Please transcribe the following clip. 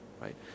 Right